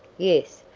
yes,